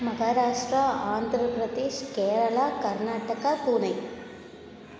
Maharashtra Andhra Pradesh Kerala Karnataka Pune